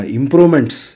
improvements